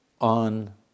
on